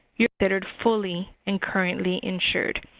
you're considered fully and currently insured.